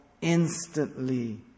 instantly